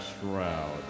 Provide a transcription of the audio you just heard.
shroud